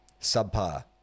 subpar